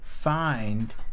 Find